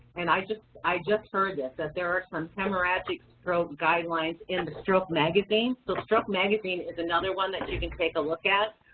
and i just i just heard this, that there are some hemorrhagic stroke guidelines in and stroke magazine. so stroke magazine is another one that you can take a look at,